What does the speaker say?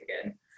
again